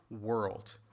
world